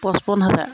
পঁচপন হাজাৰ